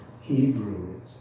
Hebrews